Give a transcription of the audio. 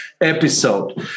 episode